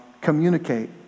communicate